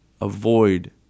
avoid